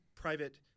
private